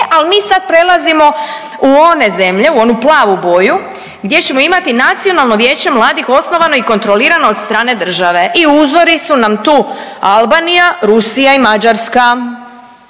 ali mi sad prelazimo u one zemlje, u onu plavu boju gdje ćemo imati nacionalno vijeće mladih osnovano i kontrolirano od strane države i uzori su nam tu Albanija, Rusija i Mađarska.